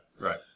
Right